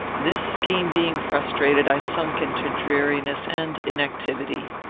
this scheme being frustrated, i sunk into dreariness and inactivity.